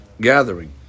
Gathering